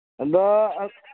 ᱟᱫᱚ